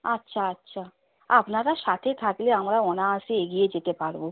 আচ্ছা আচ্ছা আপনারা সাথে থাকলে আমরা অনায়াসে এগিয়ে যেতে পারব